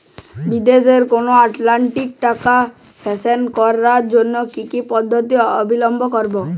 বিদেশের কোনো অ্যাকাউন্টে টাকা ট্রান্সফার করার জন্য কী কী পদ্ধতি অবলম্বন করব?